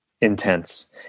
intense